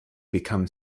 become